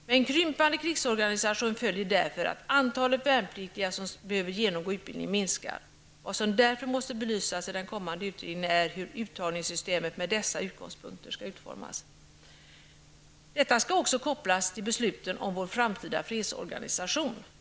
Med en krympande krigsorganisation följer därför att antalet värnpliktiga som behöver genomgå utbildning minskar. Vad som därför måste belysas i den kommande utredningen är hur uttagningssystemet med dessa utgångspunkter skall utformas. Detta skall också kopplas till besluten om vår framtida fredsorganisation.